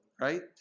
right